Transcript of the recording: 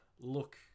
look